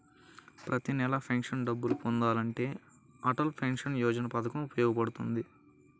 ప్రతి నెలా పెన్షన్ డబ్బులు పొందాలంటే అటల్ పెన్షన్ యోజన పథకం ఉపయోగపడుతుంది